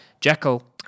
Jekyll